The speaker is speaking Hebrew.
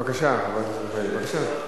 בבקשה, חבר הכנסת מיכאלי.